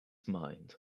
mind